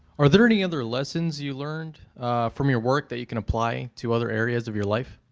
are there any other lessons you learned from your work that you can apply to other areas of your life?